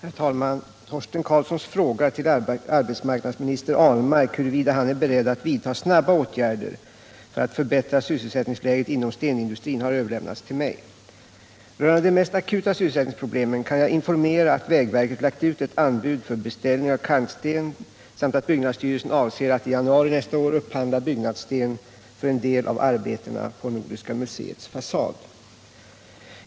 Herr talman! Torsten Karlssons fråga till arbetsmarknadsminister Ahlmark huruvida han är beredd att vidta snabba åtgärder för att förbättra sysselsättningsläget inom stenindustrin har överlämnats till mig. Rörande de mest akuta sysselsättningsproblemen kan jag informera att vägverket lagt ut ett anbud för beställning av kantsten samt att byggnadsstyrelsen avser att i januari nästa år upphandla byggnadssten för en del av arbetena på Nordiska museets fasad.